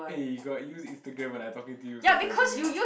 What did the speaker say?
eh you got use Instagram when I talking to you sometimes okay